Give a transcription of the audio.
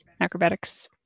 Acrobatics